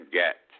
get